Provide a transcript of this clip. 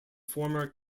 former